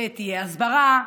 שתהיה הסברה,